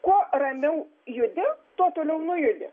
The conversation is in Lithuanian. kuo ramiau judi tuo toliau nujudi